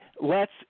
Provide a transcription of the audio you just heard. lets